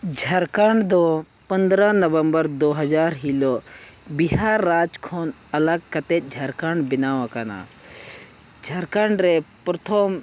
ᱡᱷᱟᱲᱠᱷᱚᱸᱰ ᱫᱚ ᱯᱚᱱᱫᱨᱚ ᱱᱚᱵᱷᱮᱨᱢᱵᱚᱨ ᱫᱩ ᱦᱟᱡᱟᱨ ᱦᱤᱞᱳᱜ ᱵᱤᱦᱟᱨ ᱨᱟᱡᱽ ᱠᱷᱚᱱ ᱟᱞᱟᱠ ᱠᱟᱛᱮ ᱡᱷᱟᱲᱠᱷᱚᱸᱰ ᱵᱮᱱᱟᱣᱟᱠᱟᱱᱟ ᱡᱷᱟᱲᱠᱷᱚᱸᱰ ᱨᱮ ᱯᱨᱚᱛᱷᱚᱢ